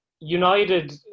United